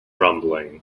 rumbling